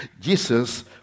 Jesus